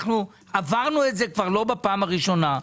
עברנו את זה לא בפעם הראשונה.